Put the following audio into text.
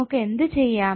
നമുക്ക് എന്തു ചെയ്യാം